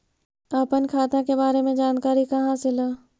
अपन खाता के बारे मे जानकारी कहा से ल?